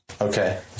Okay